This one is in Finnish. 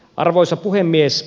arvoisa puhemies